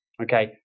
Okay